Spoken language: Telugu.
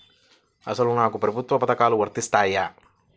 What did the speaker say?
అసలు నాకు ప్రభుత్వ పథకాలు వర్తిస్తాయా?